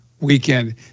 weekend